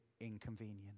inconvenient